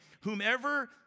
whomever